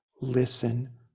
listen